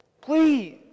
Please